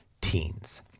Teens